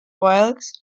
wilkes